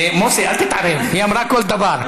מוסי, אל תתערב, היא אמרה כל דבר.